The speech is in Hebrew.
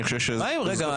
אני חושב שזו --- רגע,